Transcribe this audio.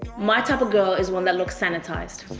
my type of girl is one that looks sanitized.